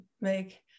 make